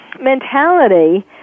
mentality